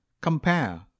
Compare